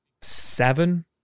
seven